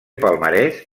palmarès